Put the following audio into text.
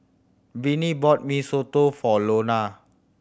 Vinnie bought Mee Soto for Lona